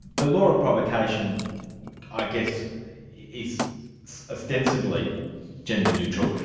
the law of provocation i guess is ostensibly gender-neutral.